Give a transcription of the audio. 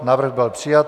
Návrh byl přijat.